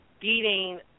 beating